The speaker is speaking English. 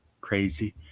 crazy